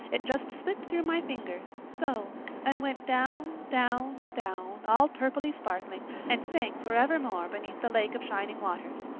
it just slipped through my fingers so and went down down down, all purply-sparkling, and sank forevermore beneath the lake of shining waters.